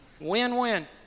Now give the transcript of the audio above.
Win-win